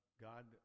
God